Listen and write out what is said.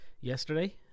yesterday